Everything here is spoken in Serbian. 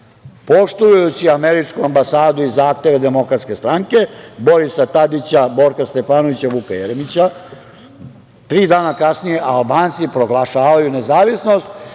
poštujući američku ambasadu i zahteve DS, Borisa Tadića, Borka Stefanovića i Vuka Jeremića, tri dana kasnije Albanci proglašavaju nezavisnost.